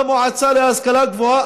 למועצה להשכלה גבוהה,